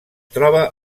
troba